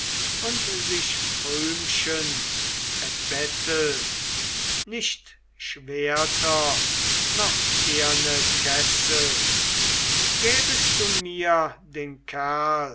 und sich krümchen erbettelt nicht schwerter noch eherne kessel gäbest du mir den kerl